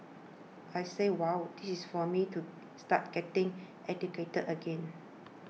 I said wow this is for me to start getting educated again